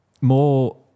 More